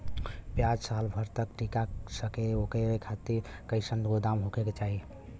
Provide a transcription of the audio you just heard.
प्याज साल भर तक टीका सके ओकरे खातीर कइसन गोदाम होके के चाही?